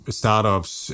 startups